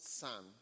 son